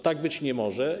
Tak być nie może.